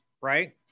right